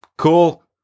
Cool